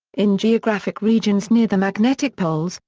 in geographic regions near the magnetic poles,